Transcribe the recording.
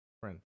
friend